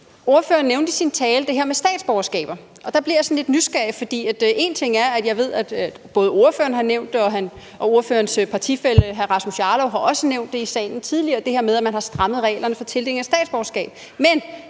Ordføreren nævnte i sin tale det her med statsborgerskaber, og der blev jeg sådan lidt nysgerrig, for en ting er, at jeg ved, at både ordføreren har nævnt det, og ordførerens partifælle hr. Rasmus Jarlov har også nævnt det i salen tidligere, altså det her med, at man har strammet reglerne for tildeling af statsborgerskab, men